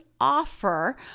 offer